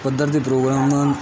ਪੱਧਰ ਦੇ ਪ੍ਰੋਗਰਾਮ